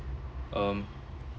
um